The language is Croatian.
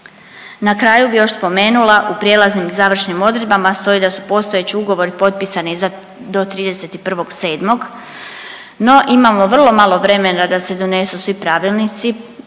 Na kraju bih još spomenula, u prijelaznim i završnim odredbama stoji da su postojeći ugovori potpisani za do 31.7., ni imamo vrlo malo vremena da se donesu svi pravilnicima,